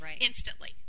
instantly